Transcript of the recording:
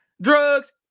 drugs